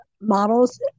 models